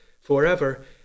forever